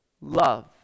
Love